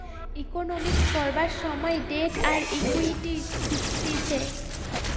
economics পড়বার সময় debt আর ইকুইটি শিখতিছে